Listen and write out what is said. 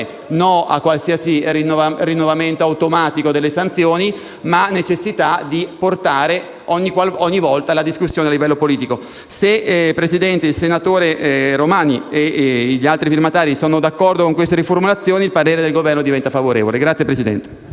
No a qualsiasi rinnovamento automatico delle sanzioni, ma necessità di portare ogni volta la discussione a livello politico. Se il senatore Paolo Romani e gli altri firmatari sono d'accordo con queste riformulazioni, il parere del Governo diventa favorevole. PRESIDENTE.